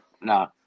No